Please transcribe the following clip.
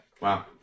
Wow